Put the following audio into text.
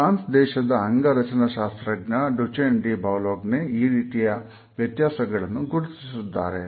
France ದೇಶದ ಅಂಗರಚನಾಶಾಸ್ತ್ರಜ್ಞ Duchenne de Boulogne ಈ ರೀತಿಯ ವ್ಯತ್ಯಾಸಗಳನ್ನು ಗುರುತಿಸಿದ್ದಾರೆ